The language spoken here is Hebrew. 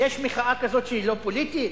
יש מחאה כזאת שהיא לא פוליטית?